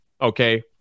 Okay